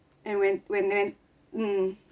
and when when mm